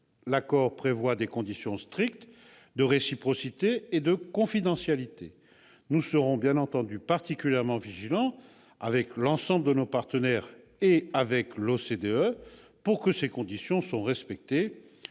l'accord prévoit des conditions strictes de réciprocité et de confidentialité. Bien entendu, nous veillerons particulièrement, avec l'ensemble de nos partenaires et avec l'OCDE, à ce que ces conditions soient respectées.